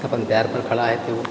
अपन पयर पर खड़ा हेतै ऊ